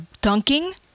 dunking